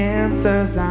answers